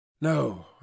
No